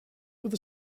with